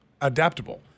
adaptable